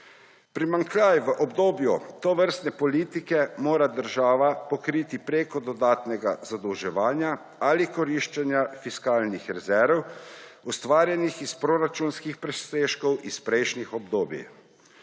Primanjkljaj v obdobju tovrstne politike mora država pokriti preko dodatnega zadolževanja ali koriščenja fiskalnih rezerv, ustvarjenih iz proračunskih presežkov iz prejšnjih obdobij.